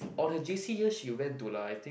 on her J_C years she went to like I think